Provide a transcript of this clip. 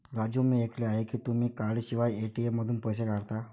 राजू मी ऐकले आहे की तुम्ही कार्डशिवाय ए.टी.एम मधून पैसे काढता